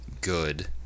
good –